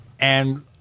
And-